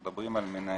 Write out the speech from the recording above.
אנחנו מדברים על מנהל